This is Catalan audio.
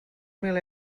mil